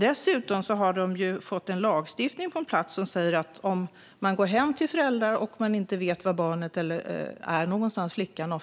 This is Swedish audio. Dessutom har britterna fått en lagstiftning på plats som säger att om man går hem till föräldrar och inte vet var barnet är, oftast flickan, kan